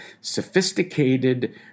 sophisticated